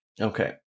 Okay